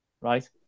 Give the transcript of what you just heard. Right